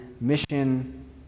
mission